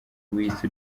w’isi